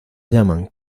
llaman